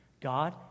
God